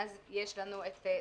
יש לנו את סופר-פארם,